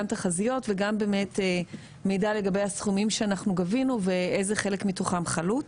תחזיות וגם מידע לגבי הסכומים שאנחנו גבינו ואיזה חלק מתוכם חלוט.